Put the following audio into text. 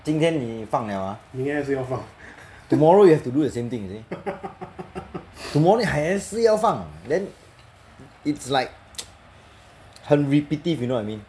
今天你放 liao ah tomorrow you have to do the same thing you see tomorrow 你还是要放 then it's like 很 repetitive you know what I mean